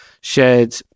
shared